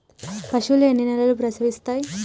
పశువులు ఎన్ని నెలలకు ప్రసవిస్తాయి?